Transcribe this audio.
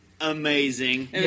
Amazing